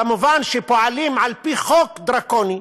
פקידים, כמובן, שפועלים על-פי חוק דרקוני.